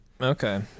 Okay